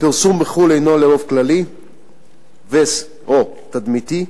הפרסום בחו"ל הינו לרוב כללי ו/או תדמיתי,